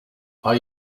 are